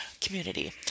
community